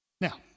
Now